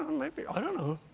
maybe, i don't know.